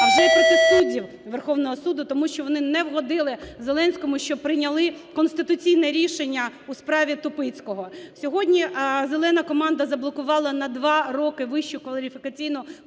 а вже і проти суддів Верховного Суду, тому що вони не вгодили Зеленському, що прийняли конституційне рішення у справі Тупицького. Сьогодні "зелена" команда заблокувала на 2 роки Вищу кваліфікаційну